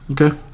Okay